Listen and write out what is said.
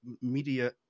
media